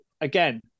again